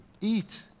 Eat